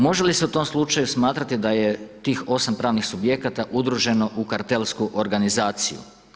Može li se u tom slučaju smatrati da je tih 8 pravnih subjekata udruženo u kartelsku organizaciju.